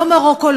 לא מרוקו,